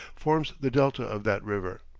forms the delta of that river.